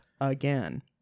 again